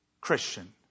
Christian